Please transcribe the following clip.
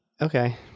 Okay